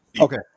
Okay